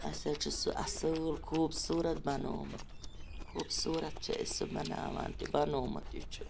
اَسہِ حظ چھُ سُہ اَصل خوٗبصوٗرَت بَنومُت خوٗبصوٗرَت چھِ أسۍ سُہ بَناوان تہِ بَنومُت تہِ چھُ